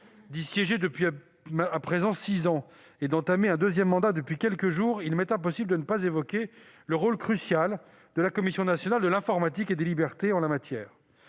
d'y siéger depuis six ans et d'y entamer un deuxième mandat depuis quelques jours, il m'est impossible de ne pas évoquer le rôle crucial de la Commission nationale de l'informatique et des libertés en la matière.